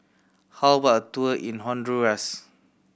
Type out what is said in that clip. how about a tour in Honduras